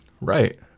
right